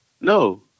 No